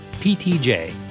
ptj